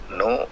no